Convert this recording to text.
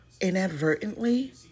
inadvertently